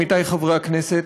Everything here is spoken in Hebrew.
עמיתי חברי הכנסת,